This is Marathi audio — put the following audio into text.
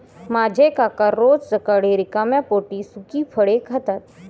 माझे काका रोज सकाळी रिकाम्या पोटी सुकी फळे खातात